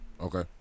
Okay